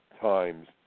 times